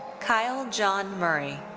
kyle john murray.